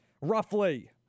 roughly